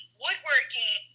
woodworking